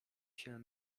się